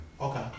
Okay